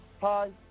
Hi